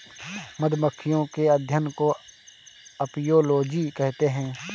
मधुमक्खियों के अध्ययन को अपियोलोजी कहते हैं